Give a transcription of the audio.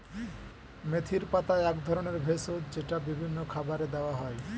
মেথির পাতা এক ধরনের ভেষজ যেটা বিভিন্ন খাবারে দেওয়া হয়